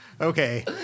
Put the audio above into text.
Okay